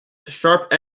sharp